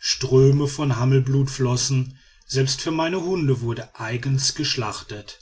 ströme von hammelblut flossen selbst für meine hunde wurde eigens geschlachtet